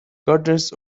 gardeners